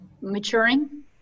maturing